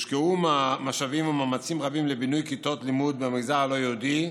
הושקעו משאבים ומאמצים רבים לבינוי כיתות לימוד במגזר הלא-יהודי,